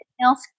else